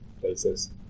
places